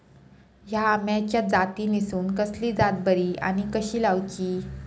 हया आम्याच्या जातीनिसून कसली जात बरी आनी कशी लाऊची?